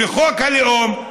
לחוק הלאום,